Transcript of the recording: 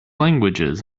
languages